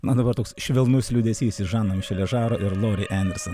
na dabar toks švelnus liūdesys iš žano mišelio žaro ir lori enderson